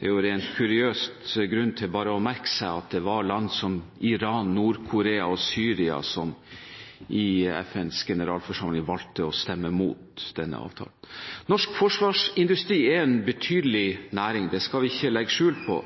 Det er – rent kuriøst – grunn til å merke seg at land som Iran, Nord-Korea og Syria valgte å stemme imot denne avtalen i FNs generalforsamling. Norsk forsvarsindustri er en betydelig næring, det skal vi ikke legge skjul på.